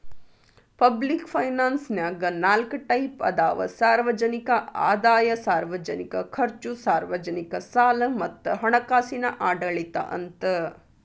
public ಫೈನಾನ್ಸನ್ಯಾಗ ನಾಲ್ಕ್ type ಅದಾವ ಸಾರ್ವಜನಿಕ ಆದಾಯ ಸಾರ್ವಜನಿಕ ಖರ್ಚು ಸಾರ್ವಜನಿಕ ಸಾಲ ಮತ್ತ ಹಣಕಾಸಿನ ಆಡಳಿತ ಅಂತ